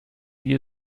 wie